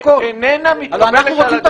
הכול --- זו גישה משפטית שאיננה מתקבלת על